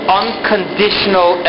unconditional